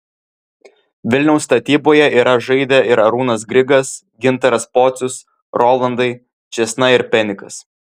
vilniaus statyboje yra žaidę ir arūnas grigas gintaras pocius rolandai čėsna ir penikas